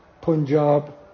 Punjab